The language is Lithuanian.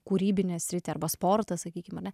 kūrybinę sritį arba sportą sakykim ane